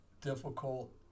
difficult